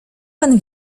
pan